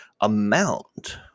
amount